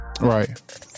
Right